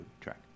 track